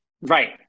Right